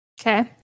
okay